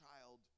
child